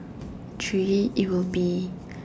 three it will be